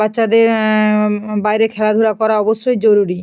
বাচ্চাদের বাইরে খেলাধুলা করা অবশ্যই জরুরি